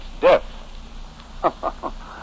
death